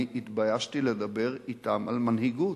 אני התביישתי לדבר אתם על מנהיגות.